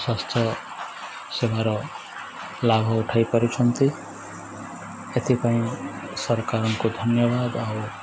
ସ୍ୱାସ୍ଥ୍ୟ ସେବାର ଲାଭ ଉଠାଇ ପାରୁଛନ୍ତି ଏଥିପାଇଁ ସରକାରଙ୍କୁ ଧନ୍ୟବାଦ ଆଉ